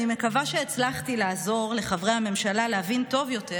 אני מקווה שהצלחתי לעזור לחברי הממשלה להבין טוב יותר